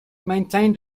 maintained